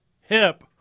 hip